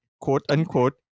quote-unquote